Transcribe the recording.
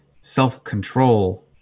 self-control